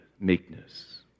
meekness